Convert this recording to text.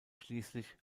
schließlich